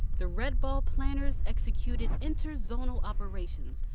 the red ball planners executed interzonal operations,